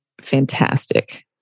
fantastic